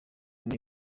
muri